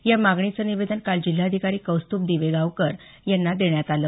या मागणीचं निवेदन काल जिल्हाधिकारी कौस्तुभ दिवेगावकर यांना सादर करण्यात आलं